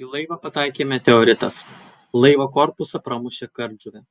į laivą pataikė meteoritas laivo korpusą pramušė kardžuvė